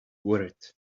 worried